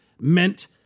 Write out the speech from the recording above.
meant